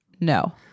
No